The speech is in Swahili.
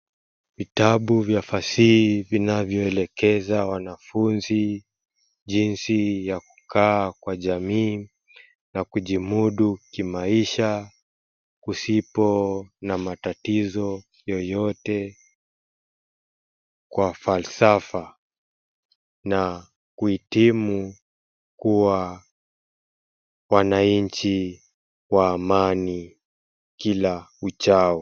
Vitabu vya fasihi vinavyoelekeza wanafunzi jinsi ya kukaa kwa jamii na kujimudu kimaisha, kusipo na matatizo yoyote kwa falsafa na kuhitimu kuwa mwananchi wa amani kila uchao.